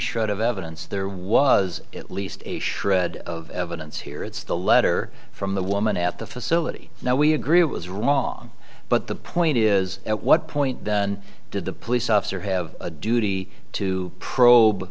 shred of evidence there was at least a shred of evidence here it's the letter from the woman at the facility now we agree was wrong but the point is at what point then did the police officer have a duty to